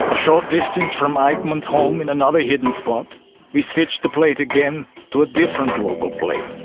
short distance from eichmann's home in another hidden spot we switched the plate again to a different local plate.